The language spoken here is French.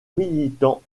militants